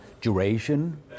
duration